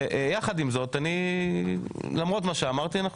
ויחד עם זאת אני למרות מה שאמרתי אנחנו